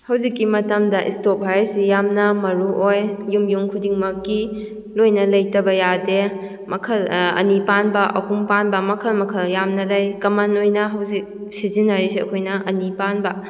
ꯍꯧꯖꯤꯛꯀꯤ ꯃꯇꯝꯗ ꯁ꯭ꯇꯣꯛ ꯍꯥꯏꯕꯁꯤ ꯌꯥꯝꯅ ꯃꯔꯨ ꯑꯣꯏ ꯌꯨꯝ ꯌꯨꯝ ꯈꯨꯗꯤꯡꯃꯛꯀꯤ ꯂꯣꯏꯅ ꯂꯩꯇꯕ ꯌꯥꯗꯦ ꯃꯈꯜ ꯑꯅꯤ ꯄꯥꯟꯕ ꯑꯍꯨꯝ ꯄꯥꯟꯕ ꯃꯈꯜ ꯃꯈꯜ ꯌꯥꯝꯅ ꯂꯩ ꯀꯃꯟ ꯑꯣꯏꯅ ꯍꯧꯖꯤꯛ ꯁꯤꯖꯤꯟꯅꯔꯤꯁꯦ ꯑꯩꯈꯣꯏꯅ ꯑꯅꯤ ꯄꯥꯟꯕ